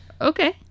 Okay